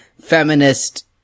feminist